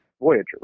Voyager